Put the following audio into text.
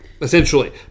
essentially